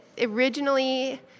originally